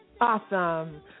Awesome